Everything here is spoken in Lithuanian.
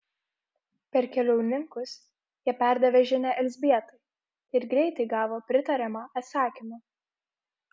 per keliauninkus jie perdavė žinią elzbietai ir greitai gavo pritariamą atsakymą